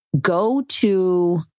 go-to